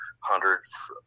hundreds